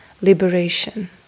liberation